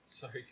Sorry